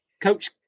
Coach